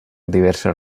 diverses